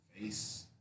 Face